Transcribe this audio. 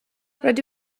rydw